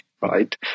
right